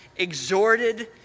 exhorted